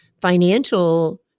Financial